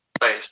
place